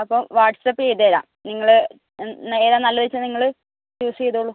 അപ്പോൾ വാട്സഅപ്പ് ചെയ്ത് തരാം നിങ്ങൾ ഏതാ നല്ലതെന്നു വെച്ചാൽ നിങ്ങൾ ചൂസ് ചെയ്തോളു